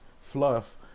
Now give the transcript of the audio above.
fluff